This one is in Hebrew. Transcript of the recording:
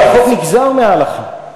אבל החוק נגזר מההלכה.